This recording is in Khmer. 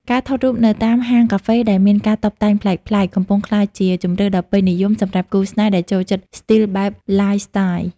ការថតរូបនៅតាមហាងកាហ្វេដែលមានការតុបតែងប្លែកៗ កំពុងក្លាយជាជម្រើសដ៏ពេញនិយមសម្រាប់គូស្នេហ៍ដែលចូលចិត្តស្ទីលបែប Lifestyle។